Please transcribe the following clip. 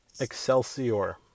Excelsior